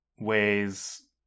weighs